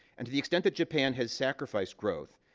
and to the extent that japan has sacrificed growth,